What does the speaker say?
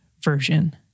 Version